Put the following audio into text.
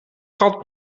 gat